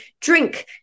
drink